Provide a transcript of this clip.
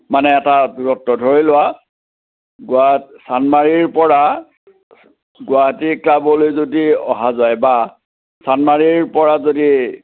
মানে এটা দূৰত্ব ধৰি লোৱা গুৱা চান্দমাৰীৰ পৰা গুৱাহাটী ক্লাৱলৈ যদি অহা যায় বা চান্দমাৰীৰ পৰা যদি